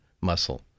muscle